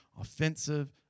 offensive